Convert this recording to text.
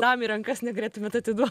tam į rankas negalėtumėt atiduo